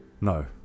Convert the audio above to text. no